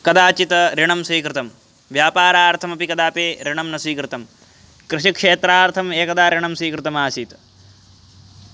कदाचित् ऋणं स्वीकृतं व्यापारार्थमपि कदापि ऋणं न स्वीकृतं कृषिक्षेत्रार्थम् एकदा ऋणं स्वीकृतम् आसीत्